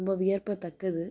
ரொம்ப வியப்பத்தக்கது